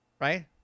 Right